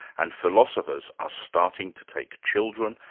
and philosophers are starting to take children,